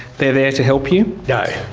they're there to help you? no.